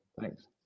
Thanks